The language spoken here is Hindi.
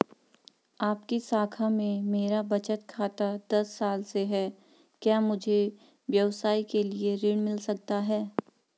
आपकी शाखा में मेरा बचत खाता दस साल से है क्या मुझे व्यवसाय के लिए ऋण मिल सकता है?